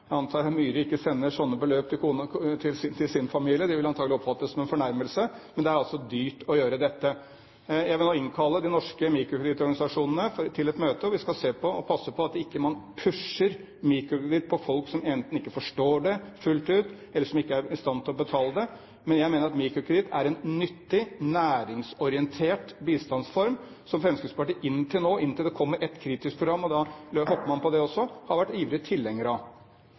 Jeg antar at Myhre ikke sender sånne beløp til sin familie, de ville antakeligvis oppfattet det som en fornærmelse. Men det er altså dyrt å gjøre dette. Jeg vil nå innkalle de norske mikrokredittorganisasjonene til et møte hvor vi skal se på dette og passe på at man ikke pusher mikrokreditt på folk som enten ikke forstår det fullt ut, eller som ikke er i stand til å betale det. Men jeg mener at mikrokreditt er en nyttig, næringsorientert bistandsform, og det er noe som Fremskrittspartiet tidligere har vært ivrig tilhenger av, inntil nå, inntil det kommer et kritisk program, og da løper man fra det også. Vi har vært tilhengere av